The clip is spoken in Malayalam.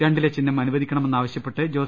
രണ്ടില ചിഹ്നം അനുവദി ക്കണമെന്നാവശ്യപ്പെട്ട് ജോസ്